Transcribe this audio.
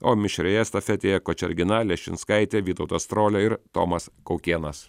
o mišrioje estafetėje kočergina leščinskaitė vytautas strolia ir tomas kaukėnas